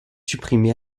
supprimé